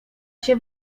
się